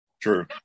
True